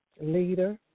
leader